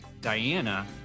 Diana